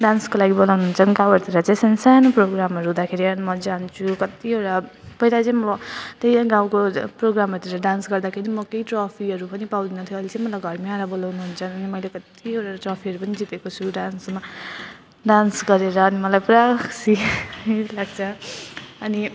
डान्सको लागि बोलाउनु हुन्छ गाउँहरूतिर चाहिँ सानसानो प्रोग्रामहरू राखेर अनि म जान्छु कत्तिवटा पहिला चाहिँ म त्यही हो गाउँको ज् प्रोग्रामहरूतिर डान्स गर्दाखेरि म केही ट्रफीहरू पनि पाउनन्थेँ अहिले चाहिँ मलाई घरमै आएर बोलाउनुहुन्छ अनि मैले कत्तिवटा ट्रफीहरू पनि जितेको छु डान्समा डान्स गरेर अनि मलाई पुरा लाग्छ अनि